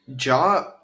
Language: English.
Ja